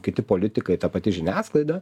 kiti politikai ta pati žiniasklaida